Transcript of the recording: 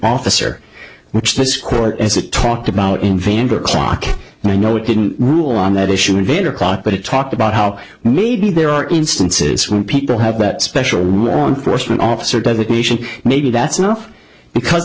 officer which this court as it talked about in vander clock and i know it didn't rule on that issue later caught but it talked about how maybe there are instances when people have that special person officer designation maybe that's enough because